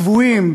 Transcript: צבועים,